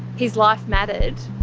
his life mattered.